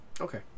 Okay